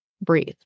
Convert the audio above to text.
breathe